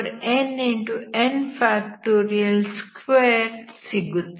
2 ಸಿಗುತ್ತದೆ